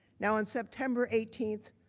now on september eighteen,